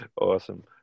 awesome